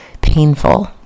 painful